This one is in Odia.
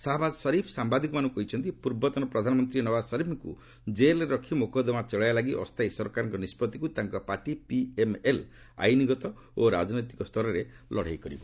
ସାହାବାଜ୍ ସରିଫ୍ ସାୟାଦିକମାନଙ୍କୁ କହିଛନ୍ତି ପୂର୍ବତନ ପ୍ରଧାନମନ୍ତ୍ରୀ ନୱାଜ୍ ସରିଫ୍ଙ୍କୁ ଜେଲ୍ରେ ରଖି ମୋକଦ୍ଦମା ଚଳାଇବା ଲାଗି ଅସ୍ଥାୟୀ ସରକାରଙ୍କ ନିଷ୍ପଭିକୁ ତାଙ୍କ ପାର୍ଟି ପିଏମ୍ଏଲ୍ ଆଇନ୍ଗତ ଓ ରାଜନୈତିକ ସ୍ତରରେ ଲଢ଼େଇ କରିବ